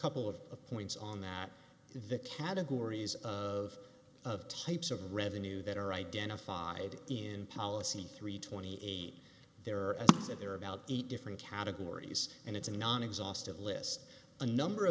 couple of points on that in the categories of of types of revenue that are identified in policy three twenty eight as if there are about eight different categories and it's a non exhaustive list a number